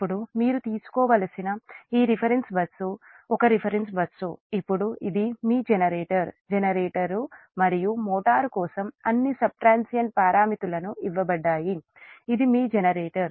అప్పుడు మీరు తీసుకోవలసిన ఈ రిఫరెన్స్ బస్సు ఒక రిఫరెన్స్ బస్సు ఇప్పుడు ఇది మీ జనరేటర్ జనరేటర్లు మరియు మోటార్లు కోసం అన్ని సబ్ట్రాన్సియంట్ పారామితులు ఇవ్వబడ్డాయి ఇది మీ జనరేటర్